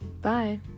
bye